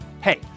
hey